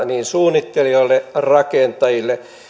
niin suunnittelijoille rakentajille